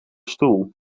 stoel